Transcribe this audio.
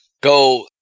go